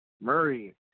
Murray